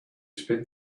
spent